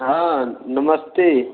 हाँ नमस्ते